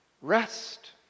rest